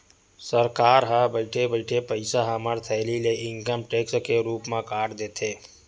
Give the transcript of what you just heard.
सरकार ह बइठे बइठे पइसा हमर थैली ले इनकम टेक्स के रुप म काट देथे